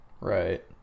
Right